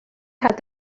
had